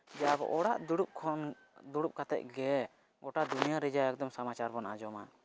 ᱡᱮ ᱟᱵᱚ ᱚᱲᱟᱜ ᱫᱩᱲᱩᱵᱽ ᱠᱟᱛᱮᱜᱮ ᱜᱚᱴᱟ ᱫᱩᱱᱤᱭᱟᱹ ᱨᱮᱭᱟᱜ ᱮᱠᱫᱚᱢ ᱥᱟᱢᱟᱪᱟᱨ ᱵᱚᱱ ᱟᱸᱡᱚᱢᱟ